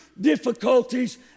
difficulties